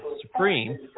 Supreme